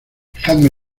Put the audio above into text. dejadme